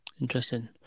Interesting